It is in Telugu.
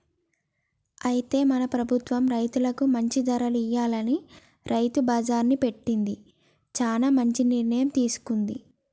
అయితే మన ప్రభుత్వం రైతులకు మంచి ధరలు ఇయ్యాలని రైతు బజార్ని పెట్టింది చానా మంచి నిర్ణయం తీసుకుంది